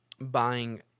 buying